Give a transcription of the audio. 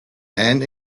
and